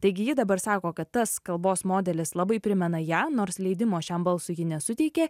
taigi ji dabar sako kad tas kalbos modelis labai primena ją nors leidimo šiam balsui ji nesuteikė